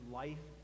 life